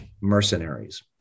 mercenaries